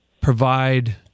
provide